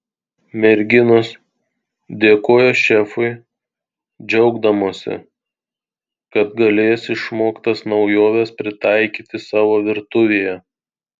merginos dėkojo šefui džiaugdamosi kad galės išmoktas naujoves pritaikyti savo virtuvėje